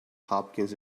hopkins